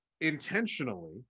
intentionally